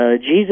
Jesus